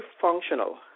functional